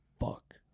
fuck